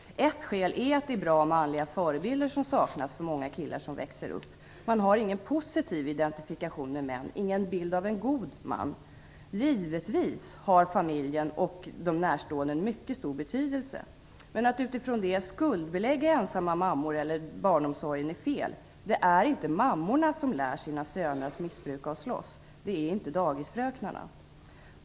Ett skäl är att det saknas bra manliga förebilder för många killar som växer upp. De har ingen positiv identifikation med män, ingen bild av en god man. Givetvis har familjen och de närstående en mycket stor betydelse, men att utifrån det skuldbelägga ensamma mammor eller barnomsorgen är fel. Det är inte mammorna som lär sina söner att missbruka och slåss, inte heller dagisfröknarna.